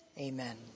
Amen